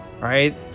right